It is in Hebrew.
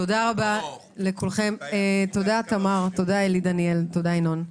תודה תמר, עלי, דניאל, ינון,